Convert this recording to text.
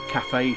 Cafe